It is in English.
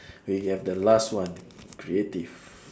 we have the last one creative